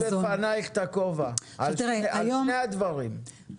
אני מוריד בפנייך את הכובע על שני הדברים,